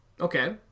Okay